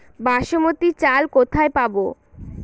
বাসমতী চাল কোথায় পাবো?